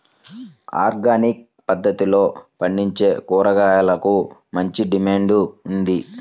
organic పద్దతిలో పండించే కూరగాయలకు మంచి డిమాండ్ ఉంది